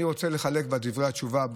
אני רוצה לחלק את דברי התשובה,